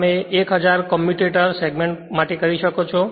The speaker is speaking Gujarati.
તમે 1000 કમ્યુટેટર સેગમેન્ટ માટે કરી શકો છો